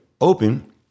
open